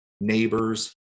neighbors